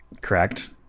correct